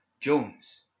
Jones